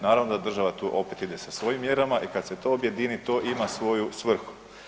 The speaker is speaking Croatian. Naravno da država tu opet ide sa svojim mjerama i kad se to objedini to ima svoju svrhu.